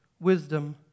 wisdom